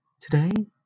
Today